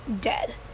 dead